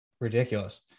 Ridiculous